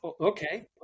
okay